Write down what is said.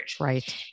Right